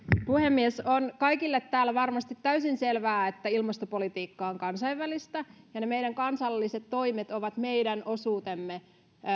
puhemies kaikille täällä on varmasti täysin selvää että ilmastopolitiikka on kansainvälistä ja meidän kansalliset toimet ovat meidän osuutemme